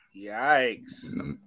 Yikes